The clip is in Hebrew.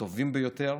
הטובים ביותר,